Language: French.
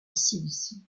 cilicie